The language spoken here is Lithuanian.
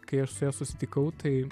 kai aš su ja susitikau tai